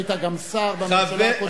שהיית גם שר בממשלה הקודמת,